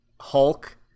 hulk